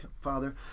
father